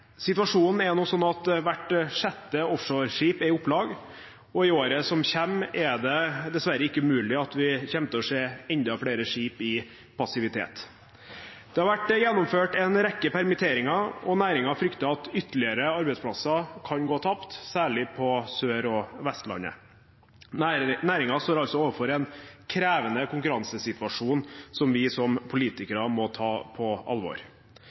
Situasjonen er nå slik at hvert sjette offshoreskip er i opplag, og i året som kommer, er det dessverre ikke umulig at vi kommer til å se enda flere skip i passivitet. Det har vært gjennomført en rekke permitteringer, og næringen frykter at ytterligere arbeidsplasser kan gå tapt, særlig på Sør- og Vestlandet. Næringen står altså overfor en krevende konkurransesituasjon som vi som politikere må ta på alvor.